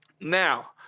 Now